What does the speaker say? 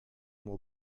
will